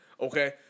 Okay